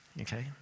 okay